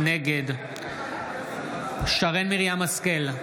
נגד שרן מרים השכל,